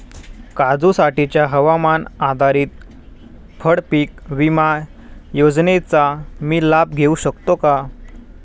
काजूसाठीच्या हवामान आधारित फळपीक विमा योजनेचा मी लाभ घेऊ शकतो का?